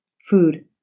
food